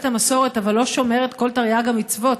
המסורת אבל לא שומר את כל תרי"ג המצוות,